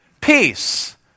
peace